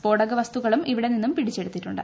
സ്ഫോടക വസ്തുക്കളും ഇവിടെ നിന്നും പിടിച്ചെടുത്തിട്ടുണ്ട്